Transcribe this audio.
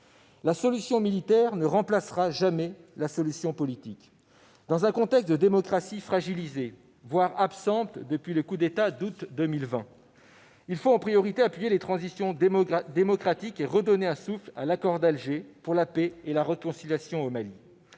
la solution militaire ne remplacera jamais la solution politique. Dans un contexte de démocratie fragilisée, voire absente depuis le coup d'État d'août 2020, il faut en priorité appuyer les transitions démocratiques et redonner un souffle à l'accord d'Alger pour la paix et la réconciliation au Mali.